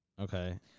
Okay